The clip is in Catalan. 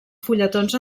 fulletons